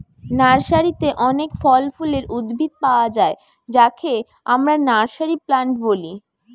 নার্সারিতে অনেক ফল ফুলের উদ্ভিদ পায়া যায় যাকে আমরা নার্সারি প্লান্ট বলি